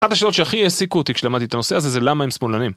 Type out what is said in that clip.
אחת השאלות שהכי העסיקו אותי כשלמדתי את הנושא הזה זה למה הם שמאלנים.